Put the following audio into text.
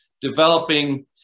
developing